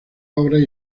obras